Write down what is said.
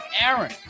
Aaron